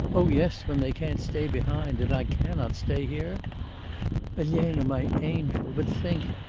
oh yes, when they can't stay behind, and i cannot stay here elena, my angel. but think,